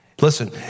listen